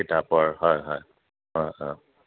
কিতাপৰ হয় হয় হয় হয়